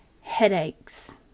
headaches